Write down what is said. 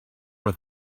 with